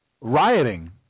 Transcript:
rioting